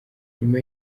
inyuma